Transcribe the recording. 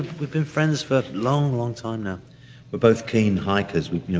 we've been friends for a long, long time now. we're both keen hikers, we've.